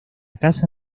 casa